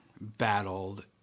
battled